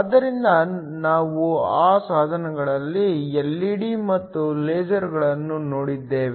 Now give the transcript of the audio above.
ಆದ್ದರಿಂದ ನಾವು ಆ 2 ಸಾಧನಗಳಲ್ಲಿ ಎಲ್ಇಡಿ ಮತ್ತು ಲೇಸರ್ಗಳನ್ನು ನೋಡಿದ್ದೇವೆ